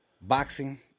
boxing